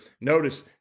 Notice